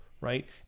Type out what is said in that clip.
right